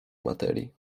materii